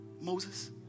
Moses